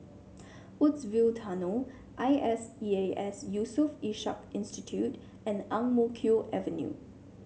Woodsville Tunnel I S E A S Yusof Ishak Institute and Ang Mo Kio Avenue